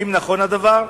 1. האם נכון הדבר?